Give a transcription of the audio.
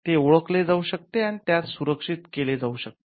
तें ओळखले जाऊ शकते आणि त्यास सुरक्षित केले जाऊ शकते